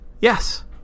Yes